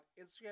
Instagram